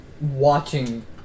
watching